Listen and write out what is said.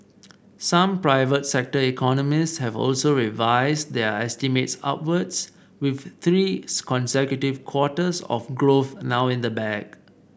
some private sector economists have also revised their estimates upwards with three consecutive quarters of growth now in the bag